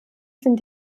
sind